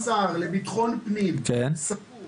אם השר לביטחון פנים סבור